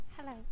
Hello